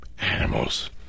animals